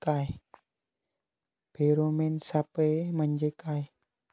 Pheromone सापळे म्हंजे काय?